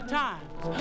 times